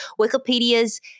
Wikipedia's